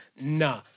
nah